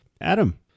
Adam